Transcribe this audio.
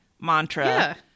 mantra